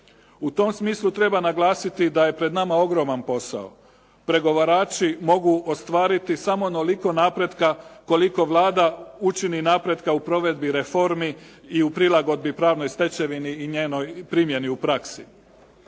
U tom smislu treba naglasiti da je pred nama ogroman posao. Pregovarači mogu ostvariti samo onoliko napretka koliko Vlada učini napretka u provedbi reformi i u prilagodbi, pravnoj stečevini i njenoj primjeni u praksi.